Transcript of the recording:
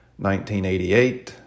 1988